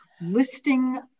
listing